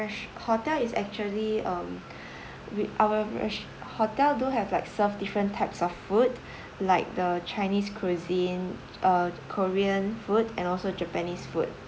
rest~ hotel is actually um with our rest~ hotel do have like serve different types of food like the chinese cuisine or korean food and also japanese food